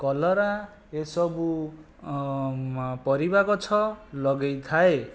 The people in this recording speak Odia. କଲରା ଏ ସବୁ ପରିବା ଗଛ ଲଗେଇଥାଏ